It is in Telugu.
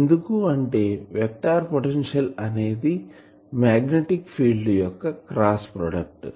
ఎందుకు అంటే వెక్టార్ పొటెన్షియల్ అనేది మాగ్నెటిక్ ఫీల్డ్ యొక్క క్రాస్ ప్రోడక్ట్